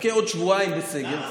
נחכה עוד שבועיים בסגר,